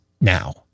now